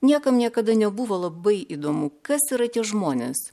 niekam niekada nebuvo labai įdomu kas yra tie žmonės